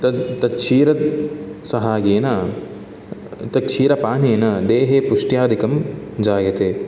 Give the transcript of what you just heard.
तद् तत् क्षीर सहायेन तत् क्षीरपानेन देहे पुष्ठ्यादिकं जायते